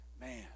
man